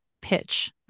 pitch